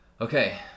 Okay